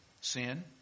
Sin